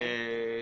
למשרת סטודנט.